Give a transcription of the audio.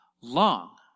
long